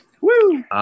Woo